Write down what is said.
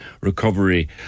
recovery